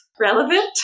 relevant